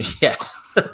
Yes